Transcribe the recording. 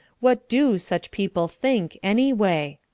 what do such people think, anyway?